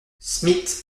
smith